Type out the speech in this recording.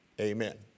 Amen